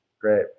Great